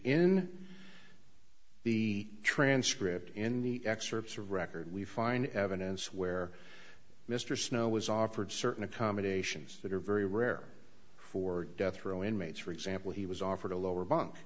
in the transcript in the excerpts of record we find evidence where mr snow was offered certain accommodations that are very rare for death row inmates for example he was offered a lower bunk